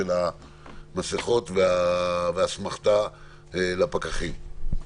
בנושא המסכות והסמכת הפקחים.